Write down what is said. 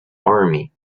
army